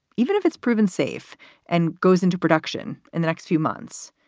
even if it's proven safe and goes into production in the next few months,